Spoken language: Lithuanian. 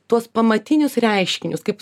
tuos pamatinius reiškinius kaip